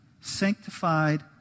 sanctified